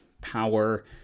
power